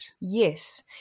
Yes